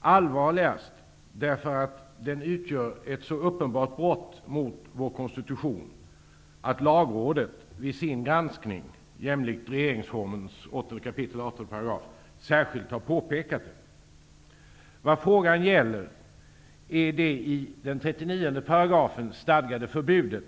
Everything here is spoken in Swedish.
Den är allvarligast därför att den utgör ett så uppenbart brott mot vår konstitution att Lagrådet vid sin granskning jämlikt Regeringsformen 8 kap. 18 § särskilt påpekat detta. Vad frågan gäller är det i 39 § stadgade förbudet